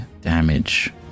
damage